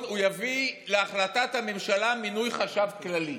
הוא יביא להחלטת הממשלה מינוי חשב כללי.